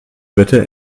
wetter